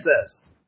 says